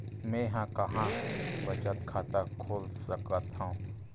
मेंहा कहां बचत खाता खोल सकथव?